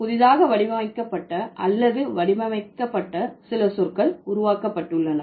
புதிதாக வடிவமைக்கப்பட்ட அல்லது வடிவமைக்கப்பட்ட சில சொற்கள் உருவாக்கப்பட்டுள்ளன